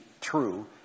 true